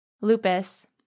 lupus